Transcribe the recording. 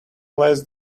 less